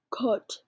cut